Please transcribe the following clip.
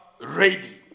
ready